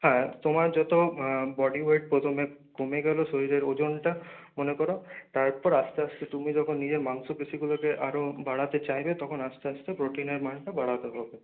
হ্যাঁ তোমার যত বডি ওয়েট প্রথমে কমে গেল শরীরের ওজনটা মনে করো তারপর আস্তে আস্তে তুমি যখন নিজের মাংসপেশীগুলোকে আরও বাড়াতে চাইবে তখন আস্তে আস্তে প্রোটিনের মানটা বাড়াতে হবে